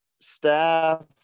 staff